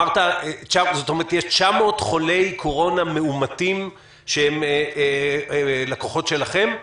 כלומר יש 900 חולי קורונה מאומתים שהם לקוחות שלכם?